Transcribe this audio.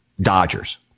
Dodgers